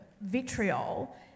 vitriol